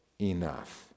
enough